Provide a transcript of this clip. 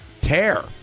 tear